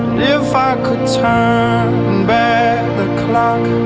if i could turn back the